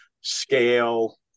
scale